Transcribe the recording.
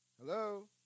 hello